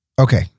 Okay